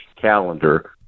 calendar